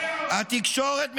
מה הפרענו לו?